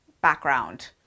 background